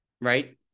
right